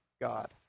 God